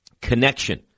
connection